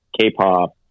K-pop